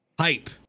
Hype